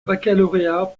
baccalauréat